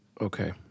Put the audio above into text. Okay